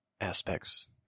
aspects